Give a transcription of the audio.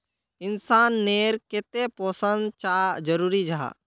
इंसान नेर केते पोषण चाँ जरूरी जाहा?